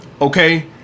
okay